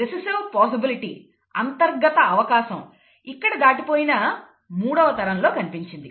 recessive possibility అంతర్గత అవకాశం ఇక్కడ దాటిపోయినా మూడవ తరంలో కనిపించింది